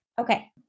Okay